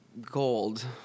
gold